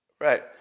right